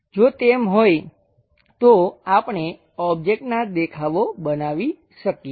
જો તેમ હોય તો આપણે ઓબ્જેક્ટના દેખાવો બનાવી શકીએ